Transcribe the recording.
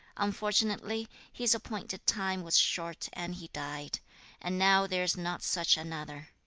unfortunately, his appointed time was short and he died and now there is not such another.